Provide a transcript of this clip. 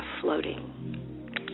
floating